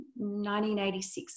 1986